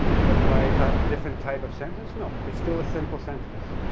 but do i have a different type of sentence? no. it's still a simple sentence.